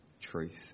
truth